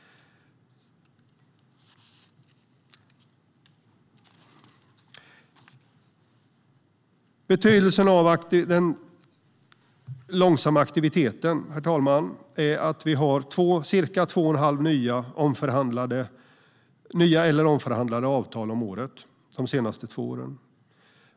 Betydelsen av den långsamma takten, herr talman, är att vi har haft ca 2,5 nya eller omförhandlade avtal om året under de senaste två åren.